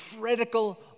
critical